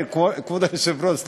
כבוד היושב-ראש,